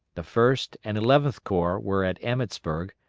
the first and eleventh corps were at emmetsburg,